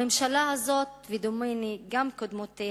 הממשלה הזאת, בדומה לקודמותיה,